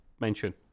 mention